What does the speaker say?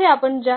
तर येथे आपण ज्या